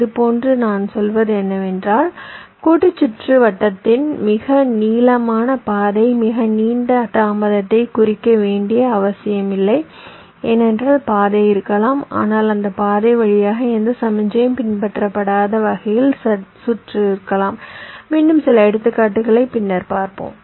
இப்போது நான் சொல்வது என்னவென்றால் கூட்டுச் சுற்றுவட்டத்தின் மிக நீளமான பாதை மிக நீண்ட தாமதத்தைக் குறிக்க வேண்டிய அவசியமில்லை ஏனென்றால் பாதை இருக்கலாம் ஆனால் அந்த பாதை வழியாக எந்த சமிக்ஞையும் பின்பற்றப்படாத வகையில் சுற்று இருக்கலாம் மீண்டும் சில எடுத்துக்காட்டுகளைப் பின்னர் பார்ப்போம்